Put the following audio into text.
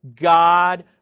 God